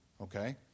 Okay